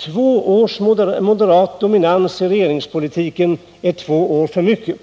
Två års moderat dominans i regeringspolitiken är två år för mycket.